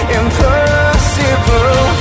impossible